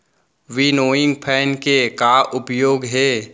Winnowing fan के का उपयोग हे?